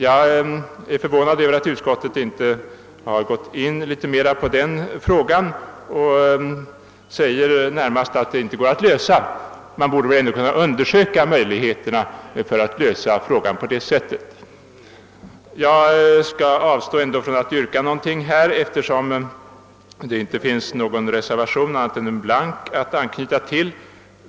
Jag är förvånad över att utskottet inte har gått in litet närmare på den frågan; man säger bara att problemen i samband med den inte går att lösa. Man borde väl ändå kunna undersöka möjligheterna att lösa frågan på det sättet. Jag skall avstå från att ställa något yrkande, eftersom det bara finns en blank reservation att anknyta till.